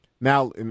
Now